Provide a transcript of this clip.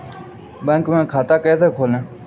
Bank में खाता कैसे खोलें?